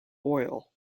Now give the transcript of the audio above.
oil